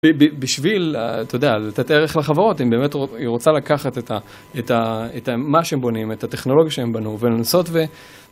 בשביל, אתה יודע, לתת ערך לחברות, היא רוצה לקחת את מה שהם בונים, את הטכנולוגיה שהם בנו, ולנסות ו...